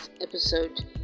episode